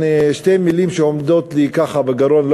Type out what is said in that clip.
שתי מילים שעומדות לי ככה בגרון,